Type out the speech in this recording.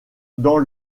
dans